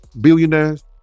billionaires